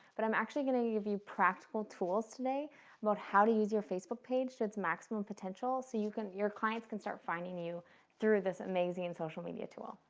but i'm actually gonna give you practical tools today about how to use your facebook page to its maximum potential so you can. your clients can start finding you through this amazing and social media tool.